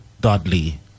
dudley